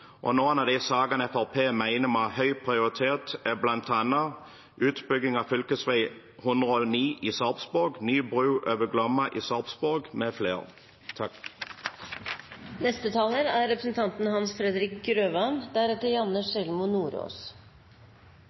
og noen av de sakene Fremskrittspartiet mener må ha høy prioritet, er bl.a. utbygging av fv. 109 i Sarpsborg og ny bru over Glomma i Sarpsborg. Kristelig Folkeparti er